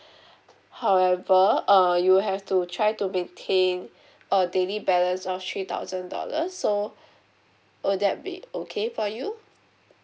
however uh you have to try to maintain a daily balance of three thousand dollars so will that be okay for you